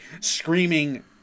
screaming